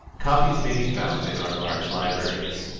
copies may be found in our large libraries.